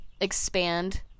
expand